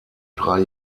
drei